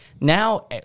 now